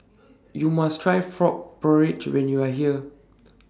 YOU must Try Frog Porridge when YOU Are here